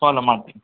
follow ಮಾಡ್ತೀನಿ